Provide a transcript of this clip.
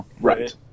Right